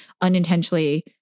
unintentionally